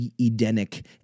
Edenic